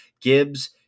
Gibbs